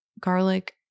garlic